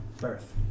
birth